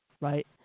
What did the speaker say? right